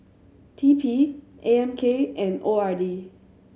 T P A M K and O R D